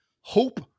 hope